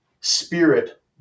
spirit